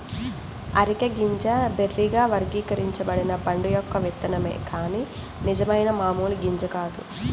areca గింజ బెర్రీగా వర్గీకరించబడిన పండు యొక్క విత్తనమే కాని నిజమైన మామూలు గింజ కాదు